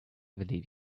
believe